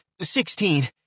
sixteen